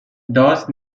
dos